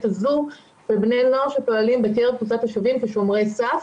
הזה של בני נוער שפועלים בקרב קבוצת השווים כשומרי סף